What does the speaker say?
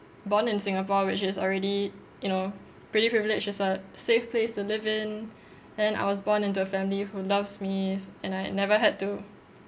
born in singapore which is already you know pretty privileged it's a safe place to live in and I was born into a family who loves me s~ and I never had to